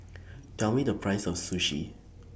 Tell Me The Price of Sushi